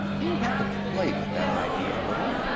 he'd have to play with that idea a little.